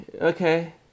okay